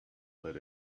let